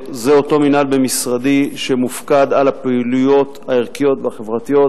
המינהל במשרדי שמופקד על הפעילויות הערכיות והחברתיות,